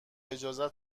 اجازه